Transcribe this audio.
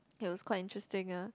it was quite interesting eh